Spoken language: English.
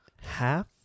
half